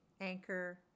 Anchor